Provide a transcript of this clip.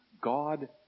God